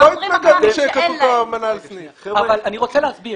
אני רוצה להסביר.